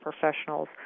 professionals